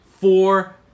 four